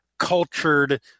cultured